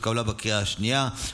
נתקבלה בקריאה השנייה.